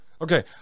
Okay